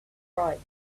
right